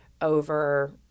over